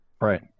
right